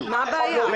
מה הבעיה?